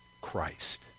Christ